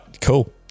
Cool